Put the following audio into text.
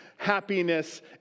happiness